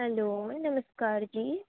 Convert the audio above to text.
hello नमस्कार जी